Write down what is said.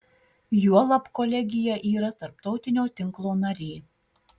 juolab kolegija yra tarptautinio tinklo narė